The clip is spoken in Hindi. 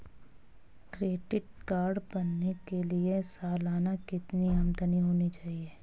क्रेडिट कार्ड बनाने के लिए सालाना कितनी आमदनी होनी चाहिए?